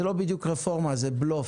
זו לא בדיוק רפורמה, זה בלוף.